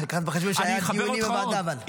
צריך גם לקחת בחשבון שהיו דיונים בוועדה, אבל.